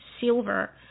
silver